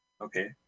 Okay